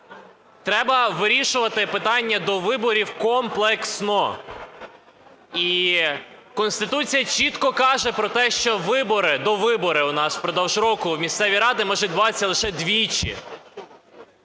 треба вирішувати питання довиборів комплексно. І Конституція чітко каже про те, що вибори, довибори у нас упродовж року в місцеві ради можуть відбуватися лише двічі.